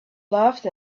laughed